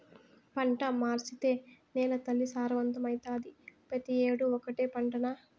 పంట మార్సేత్తే నేలతల్లి సారవంతమైతాది, పెతీ ఏడూ ఓటే పంటనా